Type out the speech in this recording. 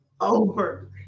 over